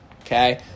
Okay